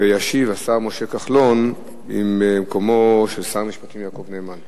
וישיב השר משה כחלון במקומו של שר המשפטים יעקב נאמן.